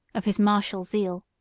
of his martial zeal.